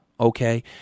okay